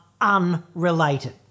unrelated